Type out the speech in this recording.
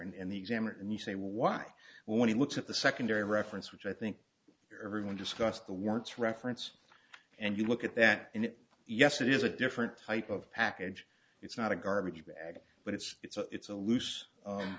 there and the examiner and you say well why when he looks at the secondary reference which i think everyone discussed the warrants reference and you look at that and yes it is a different type of package it's not a garbage bag but it's it's a it's a loose